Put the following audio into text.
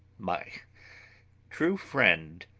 my true friend!